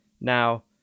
Now